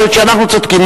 יכול להיות שאנחנו צודקים.